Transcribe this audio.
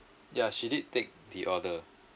ya she did take the order